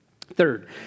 third